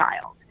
child